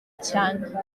cyane